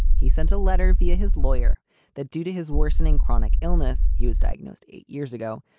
he sent a letter via his lawyer that due to his worsening chronic illness, he was diagnosed eight years ago.